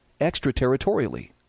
extraterritorially